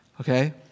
Okay